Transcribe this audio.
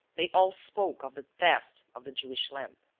they all spoke of the theft of the jewish lamp.